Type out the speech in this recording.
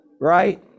right